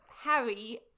harry